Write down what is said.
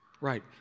Right